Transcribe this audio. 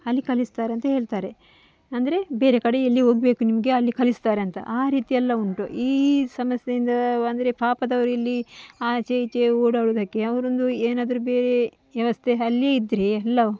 ಅಲ್ಲಿ ಕಳಿಸ್ತಾರೆ ಅಂತ ಹೇಳ್ತಾರೆ ಅಂದರೆ ಬೇರೆ ಕಡೆ ಎಲ್ಲಿ ಹೋಗ್ಬೇಕು ನಿಮಗೆ ಅಲ್ಲಿ ಕಳಿಸ್ತಾರೆ ಅಂತ ಆ ರೀತಿಯೆಲ್ಲ ಉಂಟು ಈ ಸಮಸ್ಯೆಯಿಂದ ಅಂದರೆ ಪಾಪದವರು ಇಲ್ಲಿ ಆಚೆ ಈಚೆ ಓಡಾಡುವುದಕ್ಕೆ ಅವರೊಂದು ಏನಾದರೂ ಬೇರೆ ವ್ಯವಸ್ಥೆ ಅಲ್ಲಿಯೇ ಇದ್ದರೆ ಎಲ್ಲ